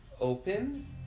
open